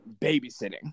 babysitting